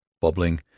bubbling